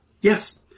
Yes